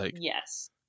Yes